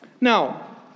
Now